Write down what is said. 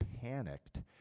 panicked